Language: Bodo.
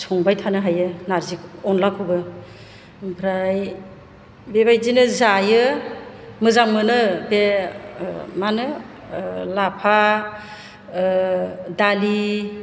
संबाय थानो हायो नारजिखौ अनलाखौबो ओमफ्राय बेबायदिनो जायो मोजां मोनो बे मा होनो लाफा दालि